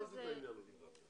אני לא הבנתי את העניין הזה.